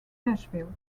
nashville